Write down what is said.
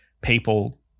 people